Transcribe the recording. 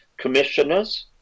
commissioners